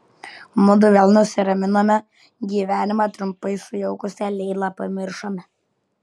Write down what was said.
mudu vėl nusiraminome gyvenimą trumpai sujaukusią leilą pamiršome